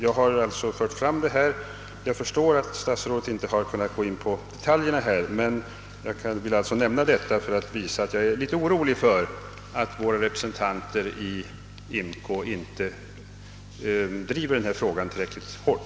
Jag förstår att statsrådet inte kunnat gå in på detaljerna här, men jag har velat nämna detta för att visa att jag är orolig för att vår representation i IMCO inte driver den här frågan tillräckligt hårt.